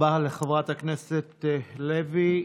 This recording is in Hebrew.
תודה רבה לחברת הכנסת לוי.